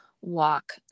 walk